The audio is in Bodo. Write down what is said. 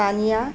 दानिया